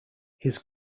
his